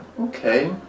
okay